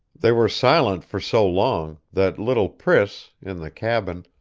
they were silent for so long that little priss, in the cabin,